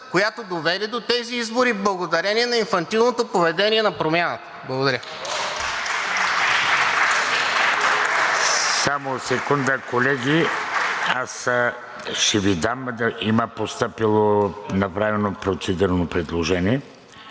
която доведе до тези избори благодарение на инфантилното поведение на „Промяната“. Благодаря.